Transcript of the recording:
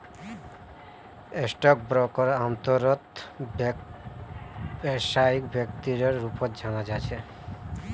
stock ब्रोकरक आमतौरेर पर व्यवसायिक व्यक्तिर रूपत जाना जा छे